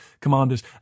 commanders